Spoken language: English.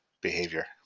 behavior